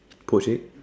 poached